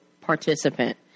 participant